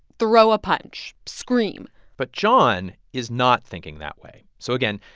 throw a punch, scream but john is not thinking that way. so again,